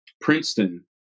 Princeton